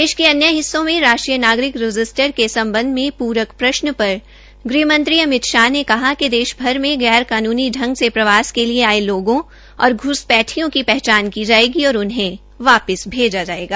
देश के अन्य हिस्सों में राष्ट्रीय नागरिक रजिस्टर के सम्बध में पूरक प्रश्न पर गृहमंत्री अमित शाह ने कहा कि देशभर में गैर कानूनी ांग से प्रवास के लिये आये लोगों और घ्सपैठियों की पहचान की जायेगी और उन्हें वापिस भेज दिया जायेगा